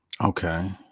Okay